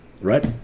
right